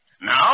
Now